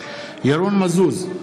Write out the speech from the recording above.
ירון מזוז,